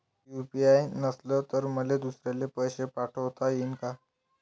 UPI नसल तर मले दुसऱ्याले पैसे पाठोता येईन का?